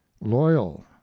loyal